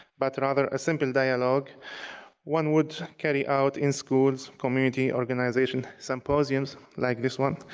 but rather a simple dialogue one would carry out in schools, community organization, symposiums like this one,